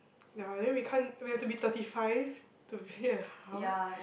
ya then we can't we have to be thirty five to build a house